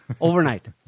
Overnight